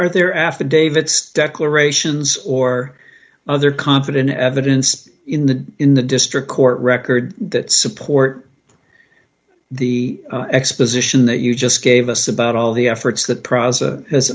or there affidavit stetler a sions or other confident evidence in the in the district court record that support the exposition that you just gave us about all the efforts that process has